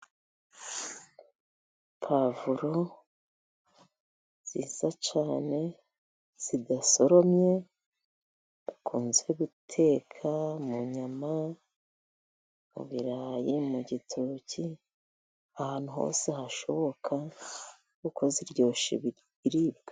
Puwavuro nziza cyane zidasoromye, dukunze guteka mu nyama, mu birarayi, mu gitoki, ahantu hose hashoboka, kuko ziryoshya ibiribwa.